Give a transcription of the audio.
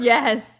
Yes